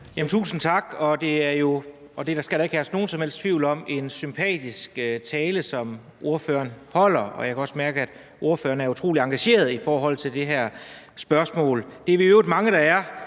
om, at det er en sympatisk tale, som ordføreren har holdt, og jeg kan også mærke, at ordføreren er utrolig engageret i det her spørgsmål. Det er vi i øvrigt mange der er,